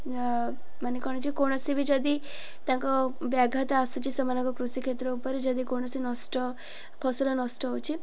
ମାନେ କ'ଣ ହେଇଛି କୌଣସି ବି ଯଦି ତାଙ୍କ ବ୍ୟାଘାତ ଆସୁଛି ସେମାନଙ୍କ କୃଷି କ୍ଷେତ୍ର ଉପରେ ଯଦି କୌଣସି ନଷ୍ଟ ଫସଲ ନଷ୍ଟ ହେଉଛି